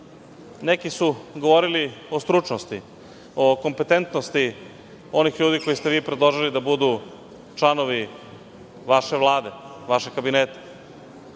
neki govorili o stručnosti, o kompetentnosti onih ljudi koje ste vi predložili da budu članovi vaše Vlade, vašeg kabineta.